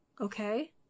Okay